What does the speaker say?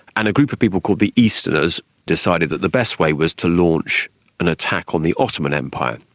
and a group of people called the easterners decided that the best way was to launch an attack on the ottoman empire.